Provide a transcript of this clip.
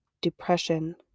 depression